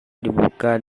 dibuka